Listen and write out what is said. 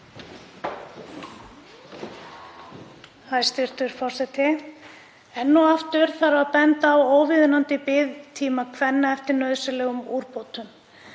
Hæstv. forseti. Enn og aftur þarf að benda á óviðunandi biðtíma kvenna eftir nauðsynlegum úrbótum.